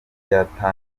ryatangijwe